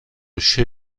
się